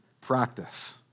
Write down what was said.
practice